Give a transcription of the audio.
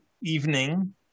evening